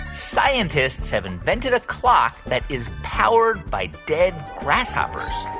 scientists have invented a clock that is powered by dead grasshoppers?